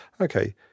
okay